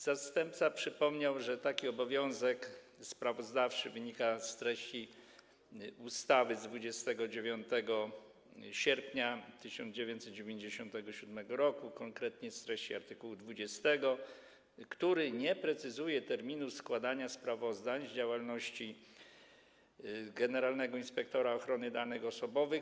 Zastępca przypomniał, że taki obowiązek sprawozdawczy wynika z treści ustawy z 29 sierpnia 1997 r., konkretnie z treści art. 20, który nie precyzuje terminu składania sprawozdań z działalności generalnego inspektora ochrony danych osobowych.